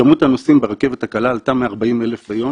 כמות הנוסעים ברכבת הקלה עלתה מ-40,000 ביום